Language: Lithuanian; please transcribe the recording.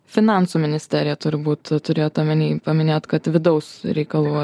finansų ministerija turi būt turėta omeny paminėjot kad vidaus reikalų